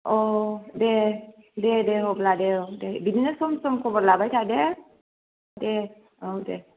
औ दे दे दे अब्ला दे दे बिदिनो सम सम खबर लाबाय था दे दे दे